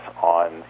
on